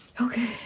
Okay